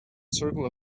circle